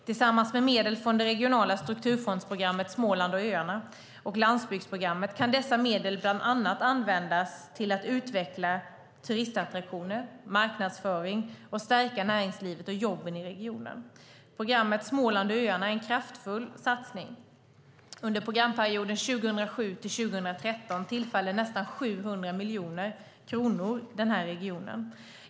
Tillsammans med medel från det regionala strukturfondsprogrammet Småland och öarna och landsbygdsprogrammet kan dessa medel bland annat användas till att utveckla turistattraktioner, marknadsföring och stärka näringslivet och jobben i regionen. Programmet Småland och öarna är en kraftfull satsning. Under programperioden 2007-2013 tillfaller nästan 700 miljoner kronor regionen.